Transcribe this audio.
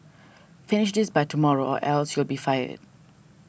finish this by tomorrow or else you'll be fired